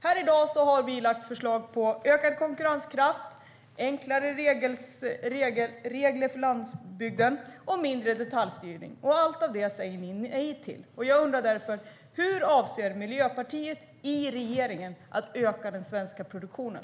Här i dag har vi lagt fram förslag om ökad konkurrenskraft, enklare regler för landsbygden och mindre detaljstyrning. Allt detta säger ni nej till, Emma Nohrén. Jag undrar därför: Hur avser Miljöpartiet i regeringen att öka den svenska produktionen?